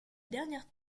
dernière